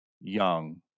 young